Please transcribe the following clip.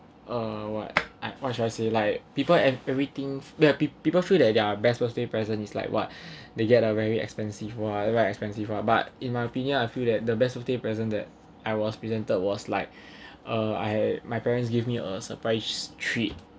uh what I what should I say like people and everything that peo~ people feel that their best birthday present is like what they get a very expensive !wah! very expensive lah but in my opinion I feel that the best birthday present that I was presented was like uh I my parents give me a surprise treat